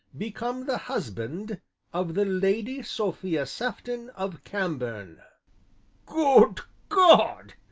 become the husband of the lady sophia sefton of cambourne good god!